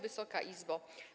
Wysoka Izbo!